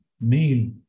meal